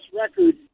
record